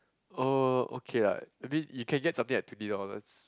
oh okay lah maybe you can get something like twenty dollars